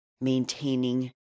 maintaining